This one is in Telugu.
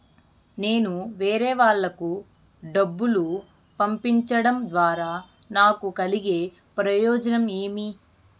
నేను వేరేవాళ్లకు డబ్బులు పంపించడం ద్వారా నాకు కలిగే ప్రయోజనం ఏమి?